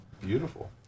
beautiful